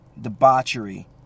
debauchery